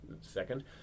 second